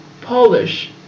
polish